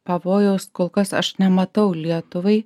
pavojaus kol kas aš nematau lietuvai